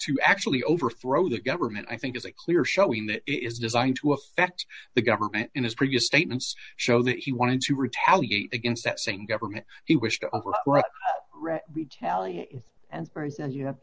to actually overthrow the government i think is a clear showing that it is designed to affect the government in his previous statements show that he wanted to retaliate against that same government he wished to retaliate and praise and you have to